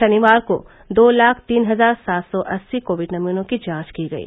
शनिवार को दो लाख तीन हजार सात सौ अस्सी कोविड नमूनों की जांच की गयी